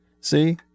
See